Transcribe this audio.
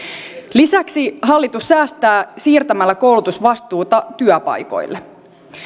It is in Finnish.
lisäksi hallitus säästää siirtämällä koulutusvastuuta työpaikoille